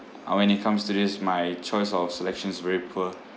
uh when it comes to this my choice of selection is very poor